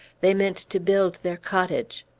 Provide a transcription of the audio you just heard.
they meant to build their cottage.